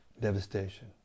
devastation